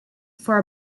for